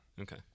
Okay